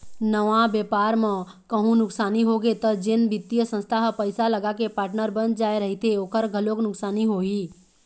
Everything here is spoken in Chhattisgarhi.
नवा बेपार म कहूँ नुकसानी होगे त जेन बित्तीय संस्था ह पइसा लगाके पार्टनर बन जाय रहिथे ओखर घलोक नुकसानी होही